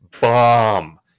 bomb